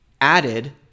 added